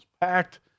packed